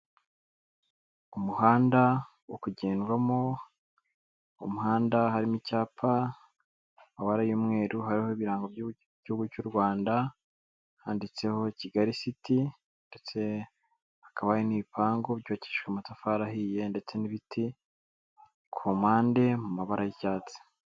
Umuhanda wo kugendwamo, umuhanda harimo icyapa, amabara y'umweru hariho ibirango cy'u Rwanda handitseho kigali city, ndetse hakaba n'ibipangu byubakijwe amatafari ahiye, ndetse n'ibiti ku mpande mu mabara y'icyatsi.